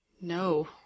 No